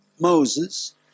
Moses